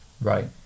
Right